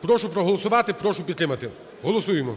Прошу проголосувати. Прошу підтримати. Голосуємо.